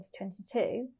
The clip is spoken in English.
2022